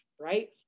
right